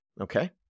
okay